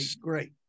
great